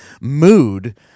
Mood